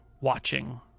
watching